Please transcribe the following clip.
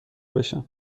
بشم